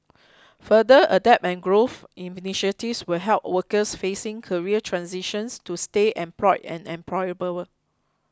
further Adapt and Growth initiatives will help workers facing career transitions to stay employed and employable